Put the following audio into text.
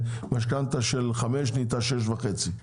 משכנתה של 5,000, עכשיו היא 6,500 שקלים.